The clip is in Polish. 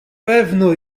pewno